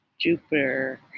jupiter